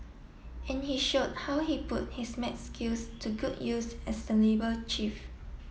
and he showed how he put his maths skills to good use as the labour chief